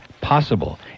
possible